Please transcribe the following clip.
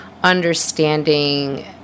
Understanding